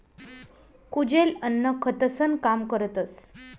कुजेल अन्न खतंसनं काम करतस